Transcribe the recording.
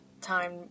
time